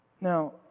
Now